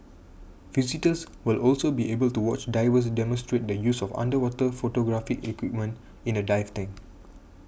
visitors will also be able to watch divers demonstrate the use of underwater photographic equipment in a dive tank